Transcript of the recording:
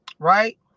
Right